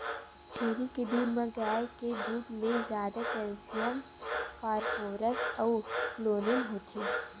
छेरी के दूद म गाय के दूद ले जादा केल्सियम, फास्फोरस अउ क्लोरीन होथे